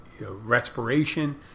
respiration